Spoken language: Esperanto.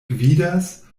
gvidas